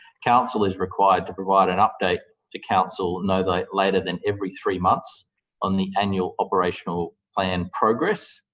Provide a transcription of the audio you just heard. council is required to provide an update to council no later than every three months on the annual operational plan progress.